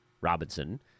Robinson